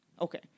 Okay